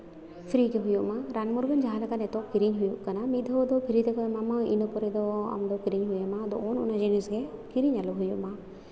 free ᱜᱮ ᱦᱩᱭᱩᱜ ᱢᱟ ᱨᱟᱱ ᱢᱩᱨᱜᱟᱹᱱ ᱡᱟᱦᱟᱸ ᱞᱮᱠᱟᱱ ᱱᱤᱛᱚᱜ ᱠᱤᱨᱤᱧ ᱦᱩᱭᱩᱜ ᱠᱟᱱᱟ ᱢᱤᱫ ᱫᱷᱟᱣ ᱫᱚ ᱯᱷᱨᱤ ᱛᱮᱠᱚ ᱮᱢᱟᱢᱟ ᱤᱱᱟᱹ ᱯᱚᱨᱮ ᱫᱚ ᱟᱢ ᱫᱚ ᱠᱤᱨᱤᱧ ᱦᱩᱭ ᱟᱫᱚ ᱚᱱ ᱚᱱᱟ ᱡᱤᱱᱤᱥ ᱜᱮ ᱠᱤᱨᱤᱧ ᱟᱞᱚ ᱦᱩᱭᱩᱜ ᱢᱟ